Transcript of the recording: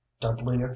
doubly